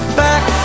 back